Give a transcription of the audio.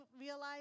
realize